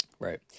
Right